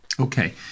Okay